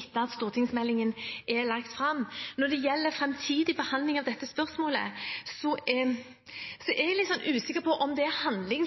etter at stortingsmeldingen er lagt fram. Når det gjelder framtidig behandling av dette spørsmålet, er jeg litt usikker på om det er